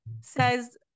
says